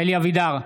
אלי אבידר,